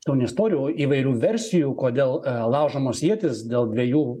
gal ne istorijų o įvairių versijų kodėl laužomos ietys dėl dviejų